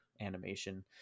animation